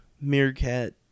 meerkat